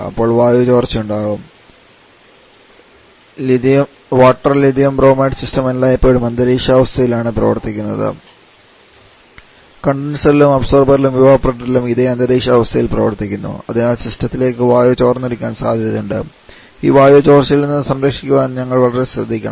അപ്പോൾ വായു ചോർച്ചയുണ്ടാകാം H2O LiBr സിസ്റ്റം എല്ലായ്പ്പോഴും അന്തരീക്ഷാവസ്ഥയിൽ ആണ് പ്രവർത്തിക്കുന്നത് കണ്ടൻസറിലും അബ്സോർബറിലും ഇവപൊറേറ്ററിലും ഇതേ അന്തരീക്ഷ അവസ്ഥയിൽ പ്രവർത്തിക്കുന്നു അതിനാൽ സിസ്റ്റത്തിലേക്ക് വായു ചോർന്നൊലിക്കാൻ സാധ്യതയുണ്ട് ഈ വായു ചോർച്ചയിൽ നിന്ന് സംരക്ഷിക്കാൻ വളരെ ശ്രദ്ധിക്കണം